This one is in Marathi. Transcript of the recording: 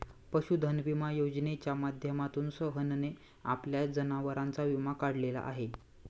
पशुधन विमा योजनेच्या माध्यमातून सोहनने आपल्या जनावरांचा विमा काढलेला आहे